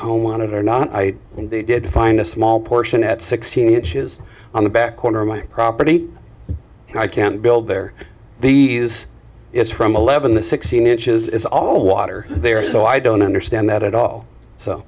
a home on it or not i and they did find a small portion at sixteen inches on the back corner of my property i can't build there these it's from eleven to sixteen inches is all water there so i don't understand that at all so